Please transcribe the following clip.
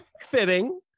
Fitting